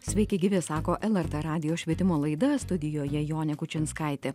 sveiki gyvi sako lrt radijo švietimo laida studijoje jonė kučinskaitė